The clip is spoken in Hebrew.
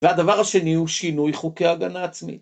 והדבר השני הוא שינוי חוקי הגנה עצמית.